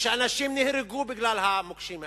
ושאנשים נהרגו בגלל המוקשים האלה.